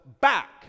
back